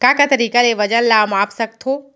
का का तरीक़ा ले वजन ला माप सकथो?